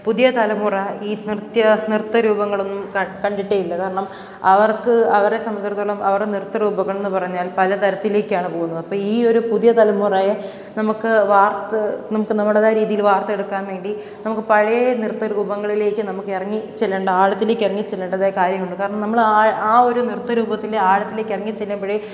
പുതിയ തലമുറ ഈ നിർത്തിയ നൃത്ത രൂപങ്ങളൊന്നും ക കണ്ടിട്ടേയില്ല കാരണം അവർക്ക് അവരെ സംബന്ധിച്ചിടത്തോളം അവരുടെ നൃത്തരൂപങ്ങളെന്നു പറഞ്ഞാൽ പലതരത്തിലേക്കാണ് പോകുന്നത് അപ്പം ഈയൊരു പുതിയ തലമുറയെ നമുക്ക് വാർത്തു നമുക്ക് നമ്മുടേതായ രീതിയിൽ വാർത്തെടുക്കാൻ വേണ്ടി നമുക്ക് പഴയ നൃത്തരൂപങ്ങളിലേക്കു നമുക്ക് ഇറങ്ങി ചെല്ലേണ്ട ആഴത്തിലേക്ക് ഇറങ്ങി ചെല്ലേണ്ടതായ കാര്യമുണ്ട് കാരണം നമ്മളാണ് ആ ഒരു നൃത്തരൂപത്തിൻ്റെ ആഴത്തിലേക്ക് ഇറങ്ങി ചെല്ലുമ്പോഴേ